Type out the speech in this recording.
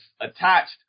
attached